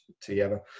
together